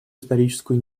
историческую